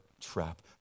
trap